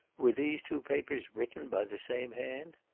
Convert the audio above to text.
were these two papers written by the same hand?